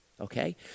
Okay